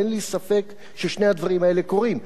אין לי ספק ששני הדברים האלה קורים.